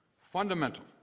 Fundamental